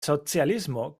socialismo